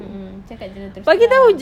mm mm cakap saja lah terus terang